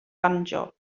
banjo